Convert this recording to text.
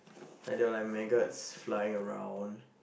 like they were like maggots flying around